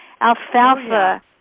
alfalfa